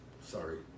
sorry